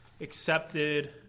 accepted